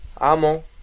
Amo